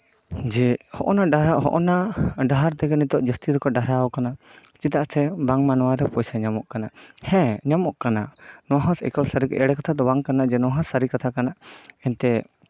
ᱡᱮ ᱦᱚᱜᱼᱚᱭ ᱱᱟ ᱰᱟᱦᱟᱨ ᱦᱚᱜᱼᱚᱭ ᱱᱟ ᱰᱟᱦᱟᱨ ᱛᱮᱜᱮ ᱡᱟᱹᱥᱛᱤ ᱫᱚᱠᱚ ᱰᱟᱨᱦᱟᱣ ᱠᱟᱱᱟ ᱪᱮᱫᱟᱜ ᱥᱮ ᱵᱟᱝᱢᱟ ᱱᱚᱣᱟᱛᱮ ᱯᱚᱭᱥᱟ ᱧᱟᱢᱚᱜ ᱠᱟᱱᱟ ᱦᱮᱸ ᱧᱟᱢᱚᱜ ᱠᱟᱱᱟ ᱱᱚᱣᱟ ᱦᱚᱸ ᱥᱟᱹᱨᱤ ᱮᱠᱟᱞ ᱮᱲᱮ ᱠᱟᱛᱷᱟ ᱫᱚ ᱵᱟᱝ ᱠᱟᱱᱟ ᱡᱮ ᱱᱚᱣᱟᱦᱚᱸ ᱥᱟᱹᱨᱤ ᱠᱟᱛᱷᱟ ᱠᱟᱱᱟ ᱮᱱᱛᱮ